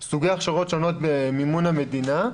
יש סוגי הכשרות שונות במימון המדינה,